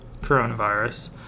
coronavirus